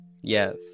Yes